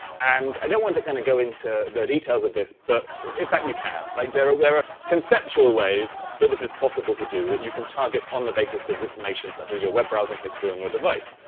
and i don't want to kind of go into the details of this, but in fact, you can. like there are ah conceptual ways that this is possible to do that you can target on the basis of information such as your web browsing history on your device.